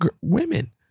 women